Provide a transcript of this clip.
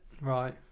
right